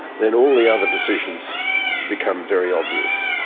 then all the other decisions become very obvious.